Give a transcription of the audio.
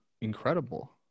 incredible